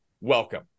welcome